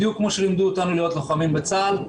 בדיוק כמו שלימדו אותנו להיות לוחמים בצה"ל,